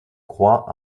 croix